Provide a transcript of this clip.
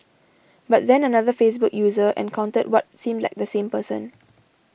but then another Facebook user encountered what seemed like the same person